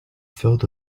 filled